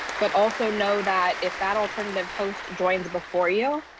but also know that if that alternative host joins before you,